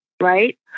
right